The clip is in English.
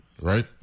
right